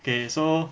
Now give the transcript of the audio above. K so